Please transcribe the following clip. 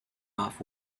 off